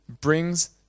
brings